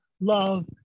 love